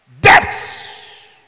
debts